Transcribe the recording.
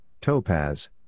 topaz